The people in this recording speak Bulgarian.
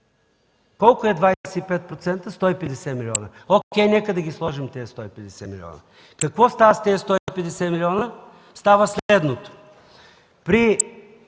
Сто и петдесет милиона. О`кей, нека да ги сложим тези 150 милиона. Какво става с тези 150 милиона? Става следното. При